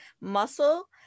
muscle